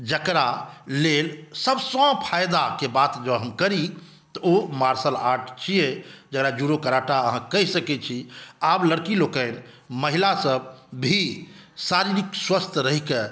जकरा लेल सभसॅं फ़ायदाके बात जँ हम करी तऽ ओ मार्शल आर्ट छियै जेकरा जूडो कराटा अहाँ कहि सकै छी आब लड़की लोकनि महिलासभ भी शारीरिक स्वस्थ रहिकऽ